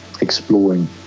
exploring